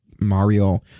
mario